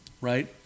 Right